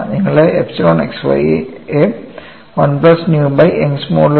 നിങ്ങളുടെ epsilon x y യെ 1 plus nu by Young's modulus ഗുണം tau x y ആണ്